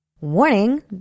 Warning